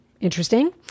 Interesting